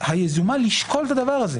היזומה לשקול את הדבר הזה.